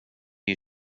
you